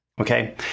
okay